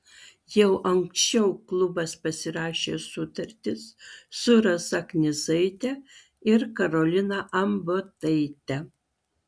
jau anksčiau klubas pasirašė sutartis su rasa knyzaite ir karolina ambotaite